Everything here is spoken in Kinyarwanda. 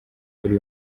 kuri